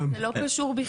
סליחה, זה לא קשור בכלל.